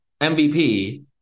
MVP